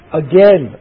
again